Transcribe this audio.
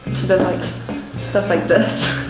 she does like stuff like this.